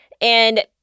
And-